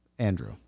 Andrew